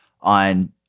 on –